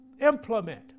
implement